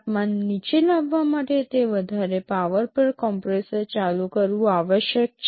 તાપમાન નીચે લાવવા માટે તે વધારે પાવર પર કોમ્પ્રેસર ચાલુ કરવું આવશ્યક છે